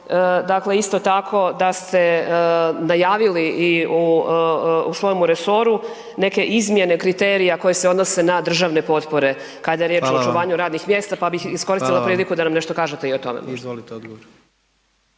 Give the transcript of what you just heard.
je isto tako da ste najavili u svojemu resoru neke izmjene kriterija koje se odnose na državne potpore kada je riječ o očuvanju radnih mjesta, pa bih iskoristila priliku da nam nešto kažete i o tome.